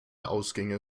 ausgänge